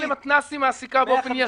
בדקתי.